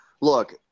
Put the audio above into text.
Look